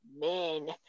men